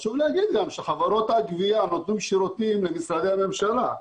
חברות הגבייה נותנות שירותים למשרדי הממשלה.